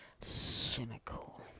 cynical